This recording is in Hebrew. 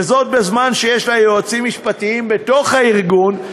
וזאת בזמן שיש לה יועצים משפטיים בתוך הארגון,